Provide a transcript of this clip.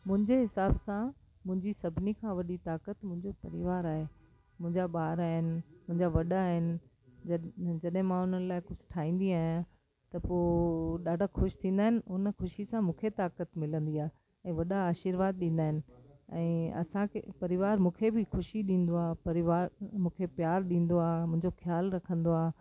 मुंहिंजे हिसाब सां मुंहिंजी सभिनी खां वॾी ताक़तु मुंहिंजो परिवार आहे मुंहिंजा ॿार आहिनि मुंहिंजा वॾा आहिनि जॾहिं मां उन्हनि लाइ कुझु ठाहींदी आहियां त पोइ ॾाढा ख़ुशि थींदा आहिनि उन ख़ुशी सां मूंखे ताक़तु मिलंदी आहे ऐं वॾा आशीर्वाद ॾींदा आहिनि ऐं असांखे परिवार मूंखे बि ख़ुशी ॾींदो आहे परिवार मूंखे प्यार ॾींदो आहे मुंहिंजो ख़्याल रखंदो आहे